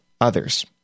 others